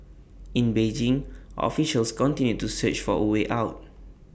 in Beijing officials continue to search for A way out